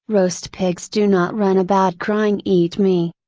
roast pigs do not run about crying eat me!